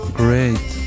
great